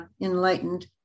Enlightened